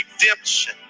redemption